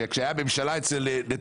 שכאשר הייתה ממשלה של 61 אצל נתניהו,